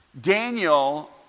Daniel